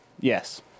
yes